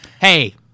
Hey